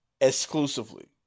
exclusively